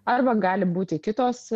arba gali būti kitos